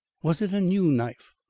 was it a new knife,